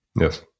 Yes